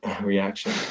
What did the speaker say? reaction